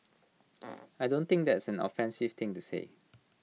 I don't think that's an offensive thing to say